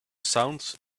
sounds